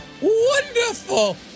wonderful